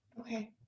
Okay